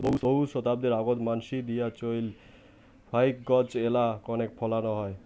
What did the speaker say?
বহু শতাব্দী আগোত মানসি দিয়া চইল ফাইক গছ এ্যালা কণেক ফলানো হয়